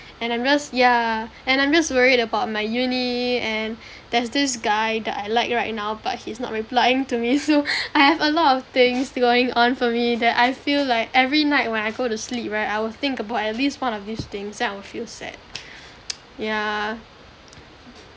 and I'm just yeah and I'm just worried about my uni and there's this guy that I like right now but he's not replying to me so I have a lot of things going on for me that I feel like every night when I go to sleep right I will think about at least one of these things then I will feel sad yeah